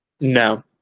No